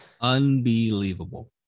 Unbelievable